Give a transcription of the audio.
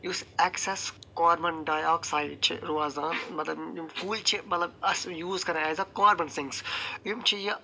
یُس excess carbon dioxide چھُ روزان مطلب یِم کُلۍ چھِ مطلب أسۍ یوٗز کران ایز اےٚ کاربن سنگٕس یِم چھِ یہِ